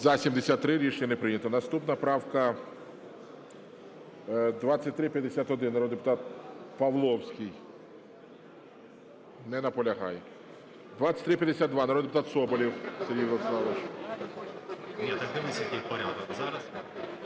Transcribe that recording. За-73 Рішення не прийнято. Наступна правка - 2351, народний депутат Павловський. Не наполягає. 2352, народний депутат Соболєв Сергій Владиславович.